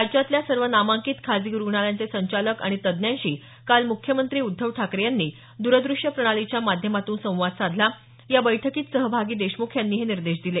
राज्यातल्या सर्व नामांकित खासगी रुग्णालयांचे संचालक आणि तज्ञांशी काल मुख्यमंत्री उद्धव ठाकरे यांनी दूरदृष्यप्रणालीच्या माध्यमातून संवाद साधला या बैठकीत सहभागी देशमुख यांनी हे निर्देश दिले